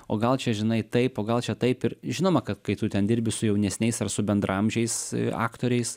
o gal čia žinai taip o gal čia taip ir žinoma kad kai tu ten dirbi su jaunesniais ar su bendraamžiais aktoriais